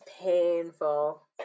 painful